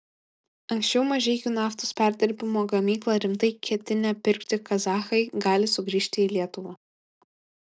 anksčiau mažeikių naftos perdirbimo gamyklą rimtai ketinę pirkti kazachai gali sugrįžti į lietuvą